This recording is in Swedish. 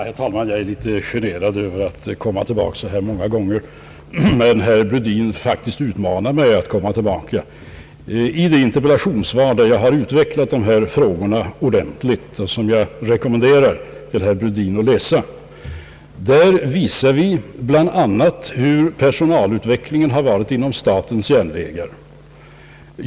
Herr talman! Jag är litet generad över att komma tillbaka så här många gånger, men herr Brundin utmanar mig faktiskt till repliker. I interpellationssvaret — som ordentligt redovisar de här frågorna och som jag rekommenderar herr Brundin att läsa — pekar vi bl.a. på hur personalutvecklingen varit inom statens järnvägar.